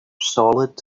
solid